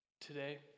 today